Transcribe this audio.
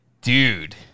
Dude